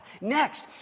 Next